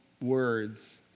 words